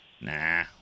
Nah